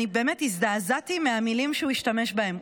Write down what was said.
אני באמת הזדעזעתי מהמילים שהוא השתמש בהן,